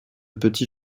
petit